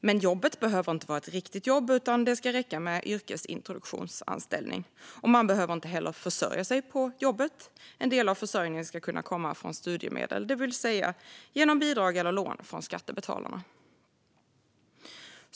Men jobbet behöver inte vara ett riktigt jobb, utan det ska räcka med yrkesintroduktionsanställning. Och man behöver inte heller försörja sig på jobbet, utan en del av försörjningen ska kunna komma från studiemedel - det vill säga genom bidrag eller lån från skattebetalarna.